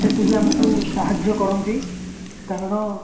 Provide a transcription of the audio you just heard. ସେତିକି ଆମକୁ ସାହାଯ୍ୟ କରନ୍ତି କାରଣ